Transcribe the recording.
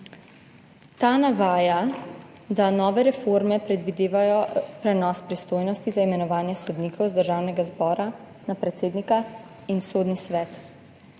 Ta navaja, da nove reforme predvidevajo prenos pristojnosti za imenovanje sodnikov iz Državnega zbora na predsednika in Sodni svet.